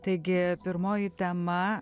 taigi pirmoji tema